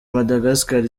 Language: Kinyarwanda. madagascar